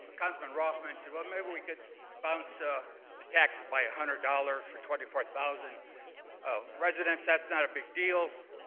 ah councilman roth mentioned, well, maybe we could bounce ah the taxes by one hundred dollars for twenty four thousand ah residents, that's not a big deal.